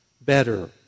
better